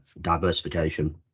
diversification